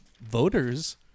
voters